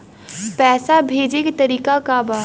पैसा भेजे के तरीका का बा?